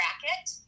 bracket